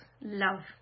love